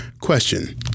Question